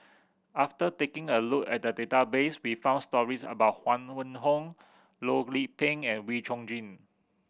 after taking a look at the database we found stories about Huang Wenhong Loh Lik Peng and Wee Chong Jin